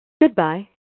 Goodbye